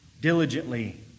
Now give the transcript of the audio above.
diligently